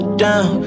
down